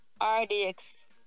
RDX